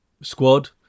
squad